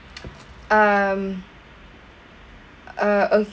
um uh